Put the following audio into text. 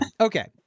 Okay